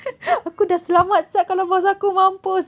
aku dah selamat sia kalau boss aku mampus